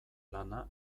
lana